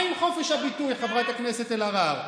מה עם חופש הביטוי, חברת הכנסת אלהרר?